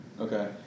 Okay